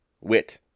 wit